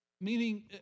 Meaning